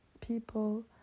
people